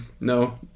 No